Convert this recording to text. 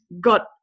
got